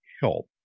help